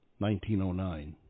1909